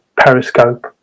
Periscope